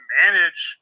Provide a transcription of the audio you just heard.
manage